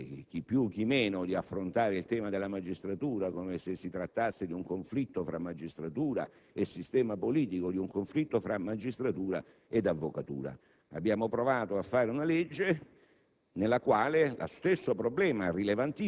da parte di tutti, chi più, chi meno, di affrontare il tema della magistratura come se si trattasse di un conflitto tra magistratura e sistema politico o di un conflitto tra magistratura ed avvocatura. Abbiamo provato a fare una legge